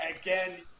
again